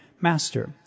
Master